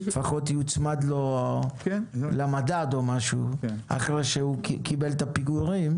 לפחות יוצמד לו למדד אחרי שהוא קיבל את הפיגורים.